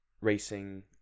racing